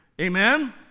Amen